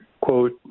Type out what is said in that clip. quote